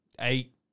eight